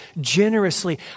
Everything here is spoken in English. generously